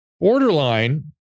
Borderline